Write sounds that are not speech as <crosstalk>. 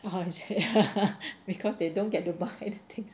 !wah! <laughs> is it because they don't get to buy the things